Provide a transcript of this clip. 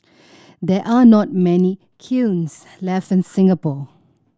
there are not many kilns left in Singapore